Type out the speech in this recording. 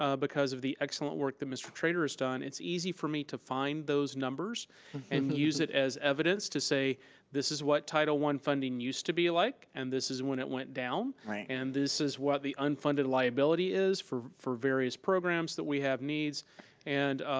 ah because of the excellent work that mr. trader's done it's easy for me to find those numbers and use it as evidence to say this is what title one funding used to be like, and this is when it went down, and this is what the unfunded liability is for for various programs that we have needs and,